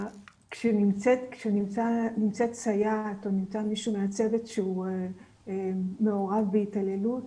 כשנמצאת סייעת או נמצא מישהו מהצוות שהוא מעורב בהתעללות,